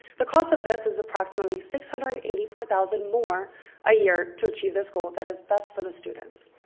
the cost of this is approximately six hundred and eighty four thousand more a year, to achieve this goal that is best for the students.